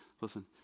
Listen